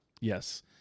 Yes